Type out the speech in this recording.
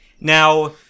Now